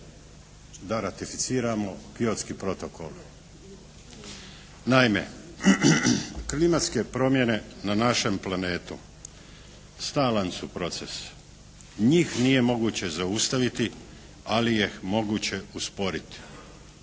da ratificiramo Kyotski sporazum. Naime, klimatske promjene na našem planetu stalan su proces. Njih nije moguće zaustaviti, ali je moguće usporiti.